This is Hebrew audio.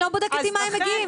היא לא בודקת עם מה הם מגיעים,